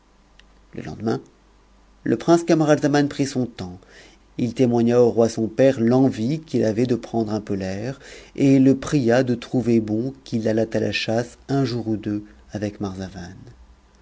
le lendemain le prince camara zaman prit son temps il témoigna au roi son père l'envie qu'il avait de prendre un peu l'air et le pria de trouver bon qu'il allât à la chasse un jour ou deux